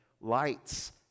lights